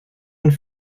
and